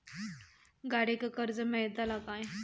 गाडयेक कर्ज मेलतला काय?